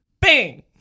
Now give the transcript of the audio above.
Bang